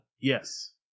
Yes